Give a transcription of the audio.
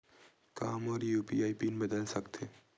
का मोर UPI PIN बदल सकथे?